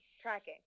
Tracking